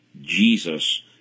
Jesus